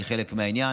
הם חלק מהעניין.